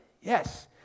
yes